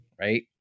right